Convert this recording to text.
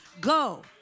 go